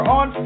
on